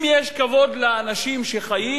אם יש כבוד לאנשים שחיים,